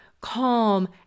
calm